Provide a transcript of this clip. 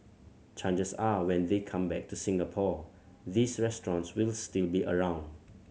chances are when they come back to Singapore these restaurants will still be around